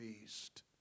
beast